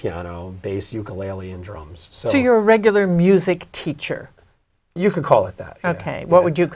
piano bass ukulele and drums so your regular music teacher you could call it that ok what would you